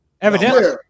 Evidently